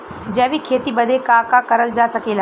जैविक खेती बदे का का करल जा सकेला?